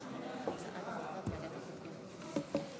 הצעת ועדת החוקה,